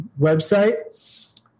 website